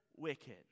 wicked